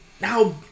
Now